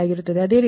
98 ಆಗಿರುತ್ತದೆ